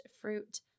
fruit